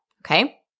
okay